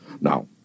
Now